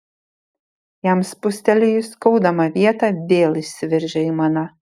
jam spustelėjus skaudamą vietą vėl išsiveržė aimana